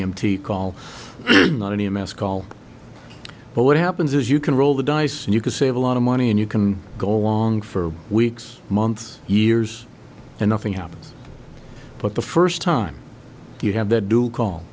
t call not any mass call but what happens is you can roll the dice and you can save a lot of money and you can go along for weeks months years and nothing happens but the first time you have that do call